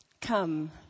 Come